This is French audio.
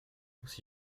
aussi